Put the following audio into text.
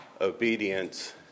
obedience